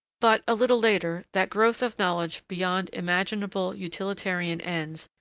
but, a little later, that growth of knowledge beyond imaginable utilitarian ends,